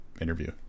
interview